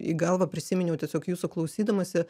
į galvą prisiminiau tiesiog jūsų klausydamasi